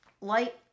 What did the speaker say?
LIGHT